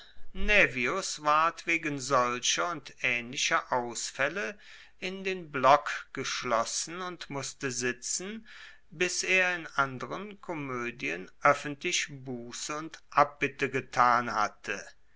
naevius ward wegen solcher und aehnlicher ausfaelle in den block geschlossen und musste sitzen bis er in anderen komoedien oeffentlich busse und abbitte getan hatte